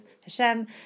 Hashem